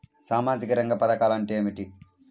సామాజిక రంగ పధకాలు అంటే ఏమిటీ?